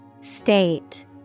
State